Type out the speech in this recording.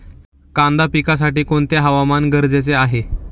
कांदा पिकासाठी कोणते हवामान गरजेचे आहे?